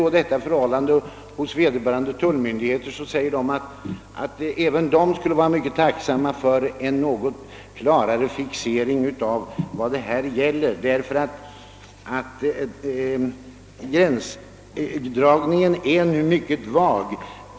När detta påtalades hos vederbörande tullmyndigheter förklarades det, att även de skulle vara tacksamma för en något klarare fixering av vad som skall gälla på detta område, därför att gränsdragningen nu är mycket vag.